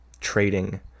trading